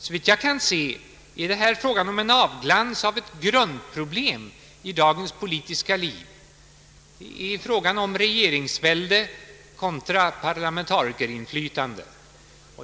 Såvitt jag kan se är det här fråga om en avglans av ett grundproblem i dagens politiska liv — det är frågan om regeringsvälde kontra parlamentarikerinflytande.